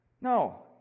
No